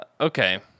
Okay